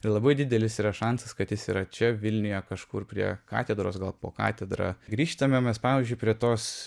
ir labai didelis yra šansas kad jis yra čia vilniuje kažkur prie katedros gal po katedra grįžtame mes pavyzdžiui prie tos